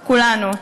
כולנו.